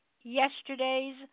Yesterday's